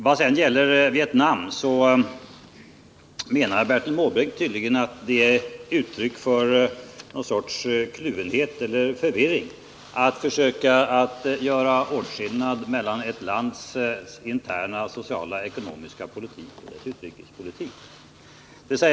Vad sedan gäller Vietnam menar Bertil Måbrink tydligen att det är uttryck för någon sorts kluvenhet eller förvirring att försöka göra åtskillnad mellan ett lands interna sociala ekonomiska politik och dess utrikespolitik.